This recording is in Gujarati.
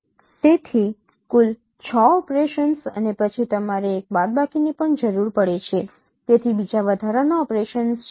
તેથી કુલ 6 ઓપરેશન્સ અને પછી તમારે એક બાદબાકીની પણ જરૂર પડે છે તેથી બીજા વધારાના ઓપરેશન્સ છે